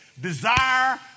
desire